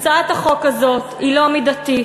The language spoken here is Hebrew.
הצעת החוק הזאת היא לא מידתית,